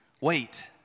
wait